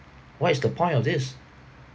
what is the point of this